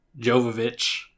Jovovich